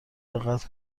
دقت